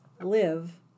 live